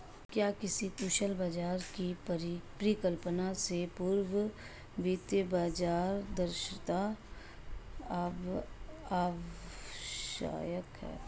क्या किसी कुशल बाजार की परिकल्पना से पूर्व वित्तीय बाजार दक्षता आवश्यक है?